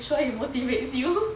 you sure it motivates you